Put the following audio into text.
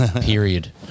Period